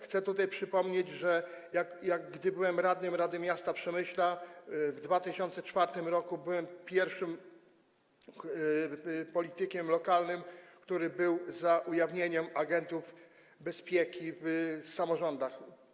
Chciałbym tutaj przypomnieć, że gdy byłem radnym Rady Miasta Przemyśla w 2004 r., byłem również pierwszym politykiem lokalnym, który był za ujawnieniem agentów bezpieki w samorządach.